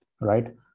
right